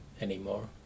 anymore